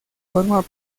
forma